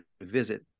visit